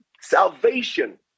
Salvation